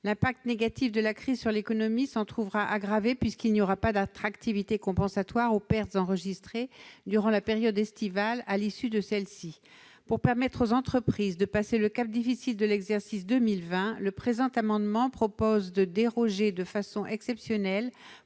L'impact négatif de la crise sur l'économie s'en trouvera aggravé, puisqu'il n'y aura pas d'activité compensatoire aux pertes enregistrées durant la période estivale à l'issue de celle-ci. Pour permettre aux entreprises de passer le cap difficile de l'exercice 2020, nous proposons une dérogation exceptionnelle-